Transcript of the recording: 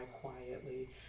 quietly